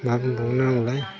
मा होनबावनो आंलाय